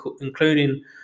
including